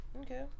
okay